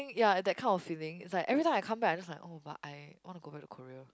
ya that kind of feeling it's like every time I come back I just like oh but I want to go back to Korea